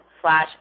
slash